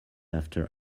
after